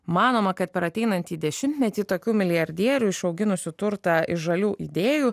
manoma kad per ateinantį dešimtmetį tokių milijardierių išauginusių turtą iš žalių idėjų